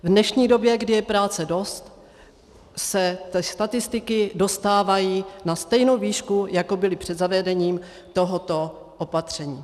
V dnešní době, kdy je práce dost, se statistiky dostávají na stejnou výšku, jako byly před zavedením tohoto opatření.